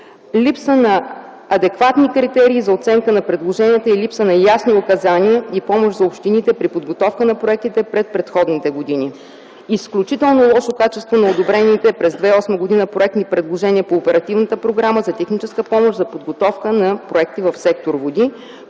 липса на адекватни критерии за оценка на предложенията и липса на ясни указания и помощ за общините при подготовката на проектите в предходните години; изключително лошо качество на одобрените през 2008 г. проектни предложения по оперативната програма за техническа помощ за подготовка на проекти в сектор „Води”,